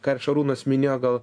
ką ir šarūnas minėjo gal